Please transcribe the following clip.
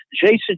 Jason